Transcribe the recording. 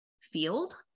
field